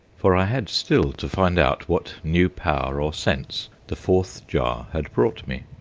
for i had still to find out what new power or sense the fourth jar had brought me.